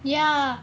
ya